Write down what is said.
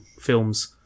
films